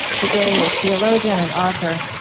today with theologian and author,